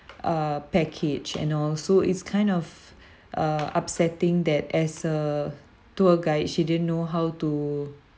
uh package and all so it's kind of uh upsetting that as a tour guide she didn't know how to